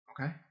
Okay